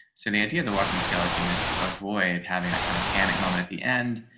so the idea of the walking skeleton is to avoid having that kind of panic moment at the end.